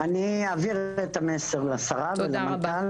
אני אעביר את המסר לשרה ולמנכ"ל